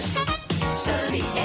Sunny